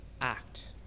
act